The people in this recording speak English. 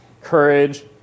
courage